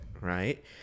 right